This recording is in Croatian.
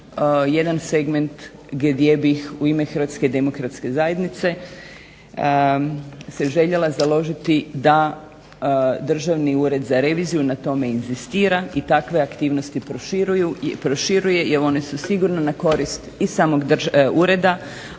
jedan segment gdje bi u ime Hrvatske demokratske zajednice se željela založiti da državni ured za reviziju na tome inzistira i takve aktivnosti proširuje jer one su sigurno na korist i samog ureda